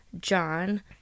John